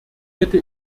hätte